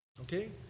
okay